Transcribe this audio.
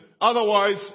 Otherwise